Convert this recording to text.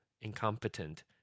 incompetent